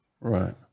Right